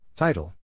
Title